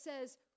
says